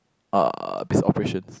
uh biz operations